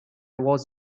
was